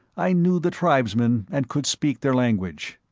i knew the tribesmen and could speak their language.